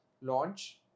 launch